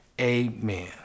amen